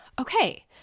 okay